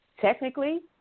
technically